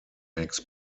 makes